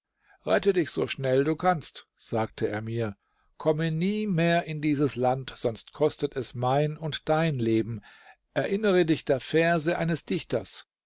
rette dich so schnell du kannst sagte er mir komme nie mehr in dieses land sonst kostet es mein und dein leben erinnere dich der verse eines dichters